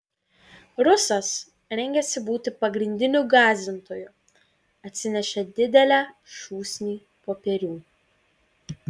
rusas rengėsi būti pagrindiniu gąsdintoju atsinešė didelę šūsnį popierių